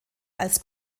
als